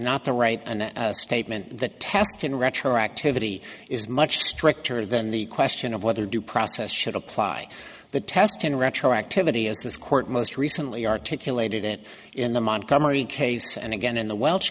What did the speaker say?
not the right statement the test in retroactivity is much stricter than the question of whether due process should apply the test in retroactivity as this court most recently articulated it in the montgomery case and again in the wel